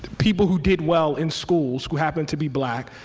people who did well in school, who happened to be black,